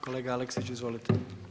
Kolega Aleksić izvolite.